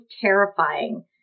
terrifying